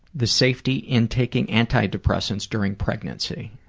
the safety in taking anti-depressants during pregnancy?